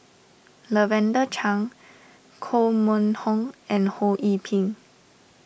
Lavender Chang Koh Mun Hong and Ho Yee Ping